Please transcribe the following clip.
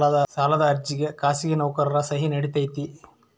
ಸಾಲದ ಅರ್ಜಿಗೆ ಖಾಸಗಿ ನೌಕರರ ಸಹಿ ನಡಿತೈತಿ?